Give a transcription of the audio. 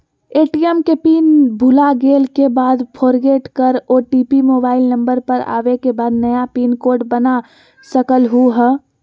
ATM के pin भुलागेल के बाद फोरगेट कर ओ.टी.पी मोबाइल नंबर पर आवे के बाद नया पिन कोड बना सकलहु ह?